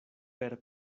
per